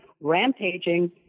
rampaging